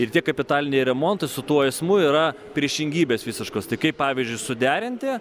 ir tie kapitaliniai remontai su tuo eismu yra priešingybės visiškos tai kaip pavyzdžiui suderinti